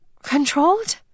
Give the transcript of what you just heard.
Controlled